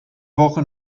woche